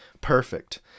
perfect